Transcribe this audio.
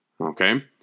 Okay